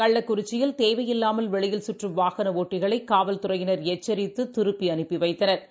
கள்ளக்குறிச்சியில் தேவையில்லாமல் வெளியில் சுற்றம் வாகனஒட்டிகளைகாவல்துறையின் எச்சரித்துதிருப்பிஅனுப்பிவைத்தனா்